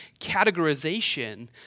categorization